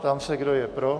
Ptám se, kdo je pro?